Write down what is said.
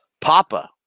Papa